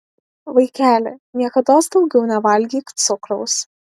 vaikeli niekados daugiau nevalgyk cukraus